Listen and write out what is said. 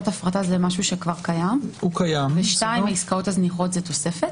2. עסקאות הזניחות זו תוספת.